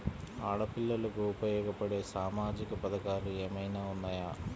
ఆడపిల్లలకు ఉపయోగపడే సామాజిక పథకాలు ఏమైనా ఉన్నాయా?